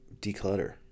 declutter